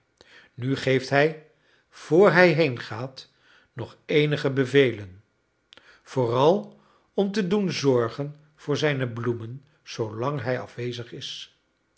nu geeft hij vr hij heengaat nog eenige bevelen vooral om te doen zorgen voor zijne bloemen zoolang hij afwezig is